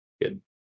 Good